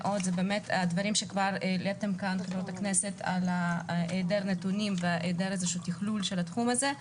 אלה הדברים שכבר העליתם כאן על היעדר נתונים והיעדר תכלול של התחום הזה.